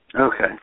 Okay